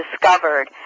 discovered